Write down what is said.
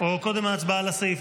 או קודם הצבעה על הסעיף?